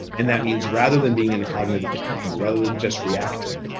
and that means rather than being in a cognitive tunnel, rather than just reacting,